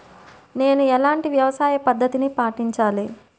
నేను ఎలాంటి వ్యవసాయ పద్ధతిని పాటించాలి?